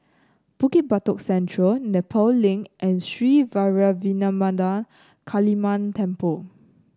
Bukit Batok Central Nepal Link and Sri Vairavimada Kaliamman Temple